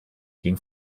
ging